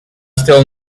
still